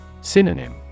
Synonym